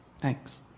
Thanks